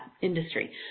industry